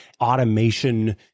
automation